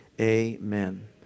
amen